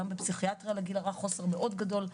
גם בפסיכיאטריה לגיל הרך יש חוסר מאוד גדול.